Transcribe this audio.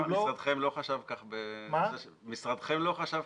מה תהיה ההנחיה?